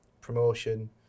promotion